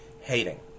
hating